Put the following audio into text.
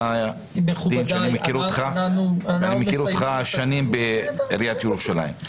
ואני מכיר אותך שנים בעיריית ירושלים.